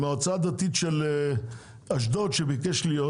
מהמועצה הדתית של אשדוד שביקש להיות,